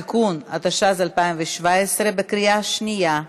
(תיקון), התשע"ז 2017, בקריאה שנייה.